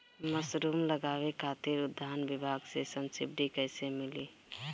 Mushroom लगावे खातिर उद्यान विभाग से सब्सिडी कैसे मिली?